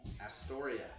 Astoria